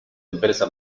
empresa